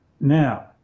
Now